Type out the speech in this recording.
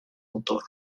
autor